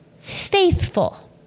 faithful